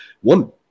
one